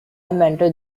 mentor